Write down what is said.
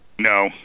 no